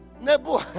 Nebu